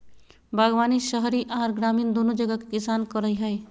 बागवानी शहरी आर ग्रामीण दोनो जगह के किसान करई हई,